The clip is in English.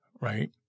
right